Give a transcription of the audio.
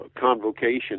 convocation